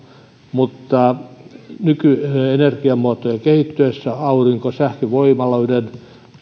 mutta nykyenergiamuotojen aurinkosähkövoimaloiden